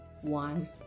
one